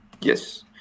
yes